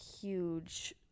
huge